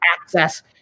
access